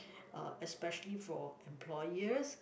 uh especially for employers